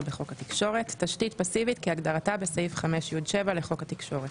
בחוק התקשורת; "תשתית פסיבית" כהגדרתה בסעיף 5(י)(7) לחוק התקשורת.